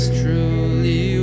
truly